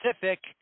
Pacific